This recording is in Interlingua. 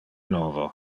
novo